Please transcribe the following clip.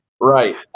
Right